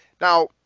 Now